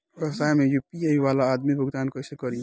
व्यवसाय में यू.पी.आई वाला आदमी भुगतान कइसे करीं?